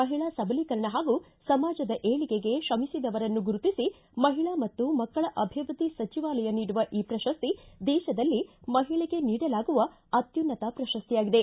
ಮಹಿಳಾ ಸಬಲಿಕರಣ ಹಾಗೂ ಸಮಾಜದ ಏಳಿಗೆಗೆ ಶ್ರಮಿಸಿದವರನ್ನು ಗುರುತಿಸಿ ಮಹಿಳಾ ಮತ್ತು ಮಕ್ಕಳ ಅಭಿವೃದ್ದಿ ಸಚಿವಾಲಯ ನೀಡುವ ಈ ಪ್ರಶಸ್ತಿ ದೇತದಲ್ಲಿ ಮಹಿಳೆಗೆ ನೀಡಲಾಗುವ ಅತ್ಯುನ್ನತ ಪ್ರಶಸ್ತಿಯಾಗಿದೆ